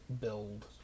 build